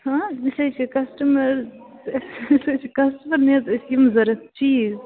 ہاں أسۍ حظ چھِ کسٹٕمر أسۍ حظ چھِ کسٹٕمر مےٚ حظ ٲسۍ یِم ضروٗرت چیٖز